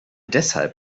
deshalb